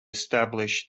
establish